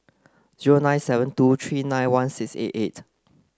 zero nine seven two three nine one six eight eight